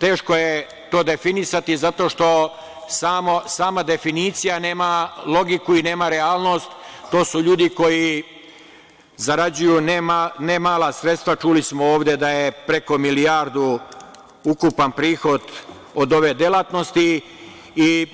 Teško je to definisati zato što sama definicija nema logiku i nema realnost, to su ljudi koji zarađuju ne mala sredstva, čuli smo ovde da je preko milijardu ukupan prihod od ove delatnosti i